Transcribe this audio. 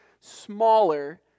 smaller